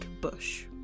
Bush